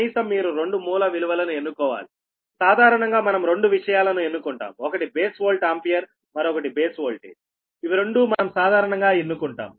కనీసం మీరు రెండు మూల విలువలను ఎన్నుకోవాలి సాధారణంగా మనం రెండు విషయాలను ఎన్నుకుంటాం ఒకటి బేస్ వోల్ట్ ఆంపియర్ మరొకటి బేస్ ఓల్టేజ్ ఇవి రెండూ మనం సాధారణంగా ఎన్నుకుంటాం